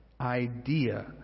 idea